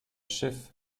schiff